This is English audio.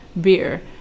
beer